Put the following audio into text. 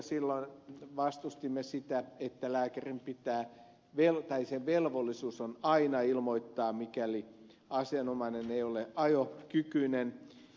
silloin vastustimme sitä että lääkärin velvollisuus on aina ilmoittaa mikäli asianomainen ei ole ajokykyinen